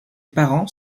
parents